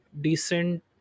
decent